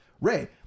Ray